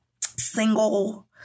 Single